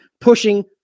pushing